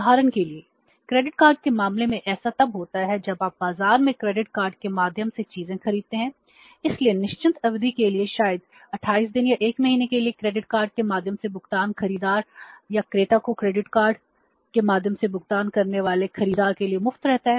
उदाहरण के लिए क्रेडिट कार्ड के माध्यम से भुगतान करने वाले खरीदार के लिए मुफ्त रहता है